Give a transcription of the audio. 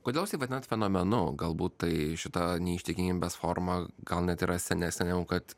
kodėl jūs tai vadinat fenomenu galbūt tai šita neištikimybės forma gal net yra senesnė negu kad